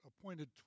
appointed